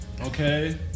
Okay